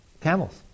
camels